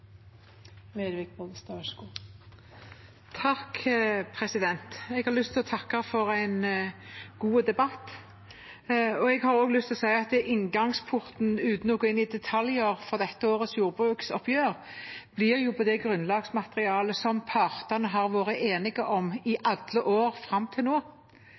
Jeg har lyst til å takke for en god debatt. Jeg har også lyst til å si at inngangsporten, uten å gå inn i detaljer for dette årets jordbruksoppgjør, blir på det grunnlagsmaterialet som partene har vært enige om i alle år fram til nå,